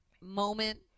moment